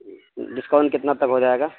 discount کتنا تک ہو جائے گا